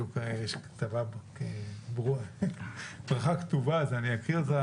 יש לי ברכה כתובה ואני אקריא אותה,